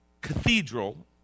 cathedral